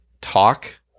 talk